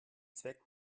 zweck